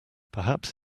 perhaps